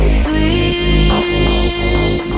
sweet